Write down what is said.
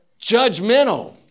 Judgmental